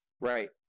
right